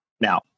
Now